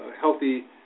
healthy